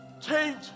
Change